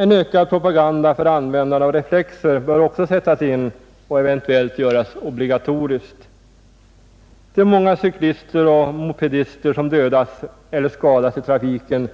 En ökad propaganda för användandet av reflexer bör också sättas in, och användandet av reflexer bör eventuellt också göras obligatoriskt. De många cyklister och mopedister som dödas eller skadas i trafiken